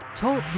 TALK